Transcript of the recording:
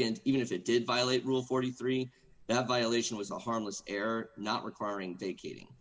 nd even if it did violate rule forty three the violation was a harmless error not requiring vacating